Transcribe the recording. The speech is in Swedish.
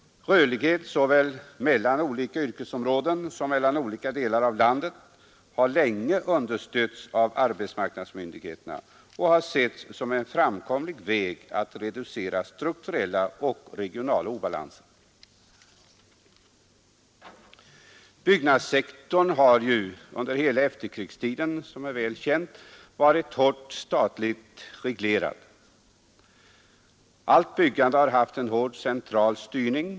Rörlighet såväl mellan olika yrkesområden som mellan olika delar av vårt land har länge understötts av arbetsmarknadsmyndigheterna och har setts som en framkomlig väg att reducera strukturella och regionala obalanser. Byggnadssektorn har ju under hela efterkrigstiden, som är väl känt, varit hårt statligt reglerad. Allt byggande har haft en hård central styrning.